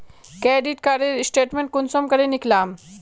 Credit कार्डेर statement कुंसम करे निकलाम?